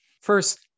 first